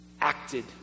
acted